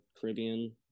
Caribbean